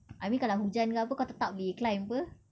I mean kalau hujan ke apa kau tetap boleh climb apa